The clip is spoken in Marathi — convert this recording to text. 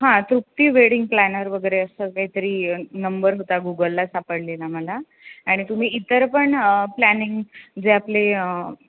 हां तृप्ती वेडिंग प्लॅनर वगैरे असं काही तरी नंबर होता गुगलला सापडलेला मला आणि तुम्ही इतर पण प्लॅनिंग जे आपले